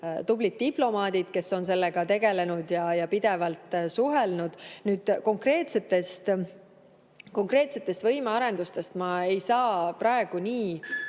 tublid diplomaadid, kes on sellega tegelenud ja pidevalt suhelnud. Nüüd, konkreetsetest võimearendustest ma ei saa praegu nii